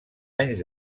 anys